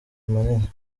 manini